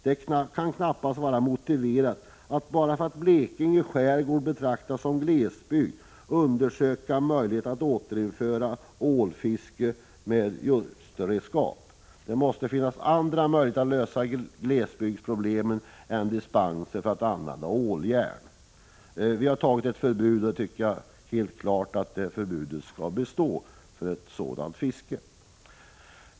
Det kan knappast vara motiverat att bara för att Blekinge skärgård betraktas som glesbygd undersöka möjligheterna att återinföra ålfiske med ljusterredskap. Det måste finnas andra möjligheter att lösa glesbygdsproblemen än dispenser för att använda åljärn. Vi har infört ett förbud, och jag tycker att det är helt klart att förbudet skall bestå för ett sådant fiske.